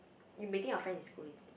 you meeting your friend in school is it